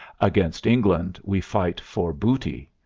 against england we fight for booty.